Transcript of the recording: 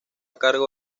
cargo